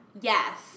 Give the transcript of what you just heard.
Yes